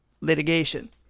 litigation